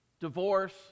divorce